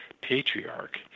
patriarch